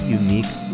unique